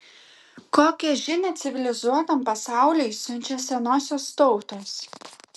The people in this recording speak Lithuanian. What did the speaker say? kokią žinią civilizuotam pasauliui siunčia senosios tautos